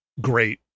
great